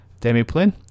Demiplane